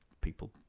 people